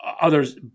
others